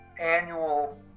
annual